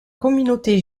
communauté